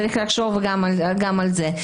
צריך לחשוב גם על זה.